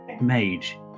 mage